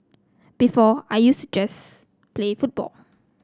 before I used to just play football